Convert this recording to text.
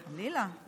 חלילה.